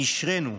נשרנו,